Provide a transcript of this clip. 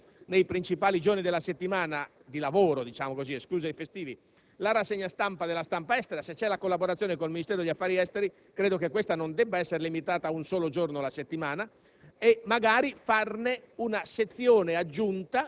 Perché non realizzare tutti i giorni o, in questo caso, almeno nei principali giorni della settimana lavorativa, esclusi i festivi, la rassegna della stampa estera? Se c'è una collaborazione con il Ministero degli affari esteri, credo che questa non debba essere limitata ad un solo giorno alla settimana.